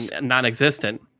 non-existent